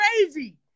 crazy